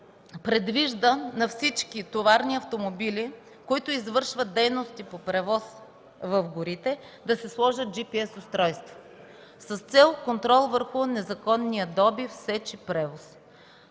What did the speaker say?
предвижда на всички товарни автомобили, които извършват дейности по превоз в горите, да се сложат GPS устройства с цел контрол върху незаконния добив, сеч и превоз.